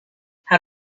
had